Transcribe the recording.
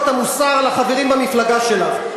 תשמרי את הטפות המוסר לחברים במפלגה שלך.